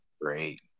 great